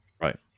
Right